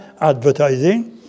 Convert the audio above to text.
advertising